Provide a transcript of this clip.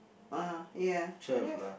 ah ya don't have